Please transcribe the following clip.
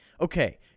okay